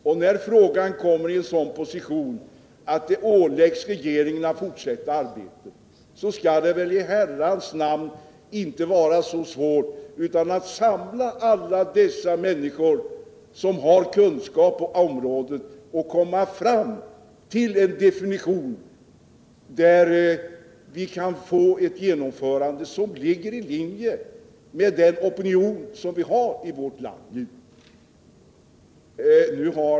Och när frågan kommer i en sådan position att det åläggs regeringen att fortsätta arbetet, så skall det väl i Herrans namn inte vara så svårt att samla alla människor med kunskaper på området och komma fram tillen definition, så att vi kan få ett beslut som ligger i linje med den opinion vi 59 nu har i vårt land.